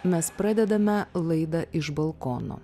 mes pradedame laidą iš balkono